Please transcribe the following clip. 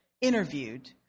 interviewed